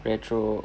retro